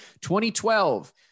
2012